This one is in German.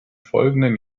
folgenden